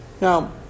Now